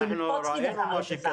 תחליטו.